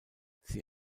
sie